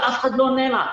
ואף אחד לא עונה לה.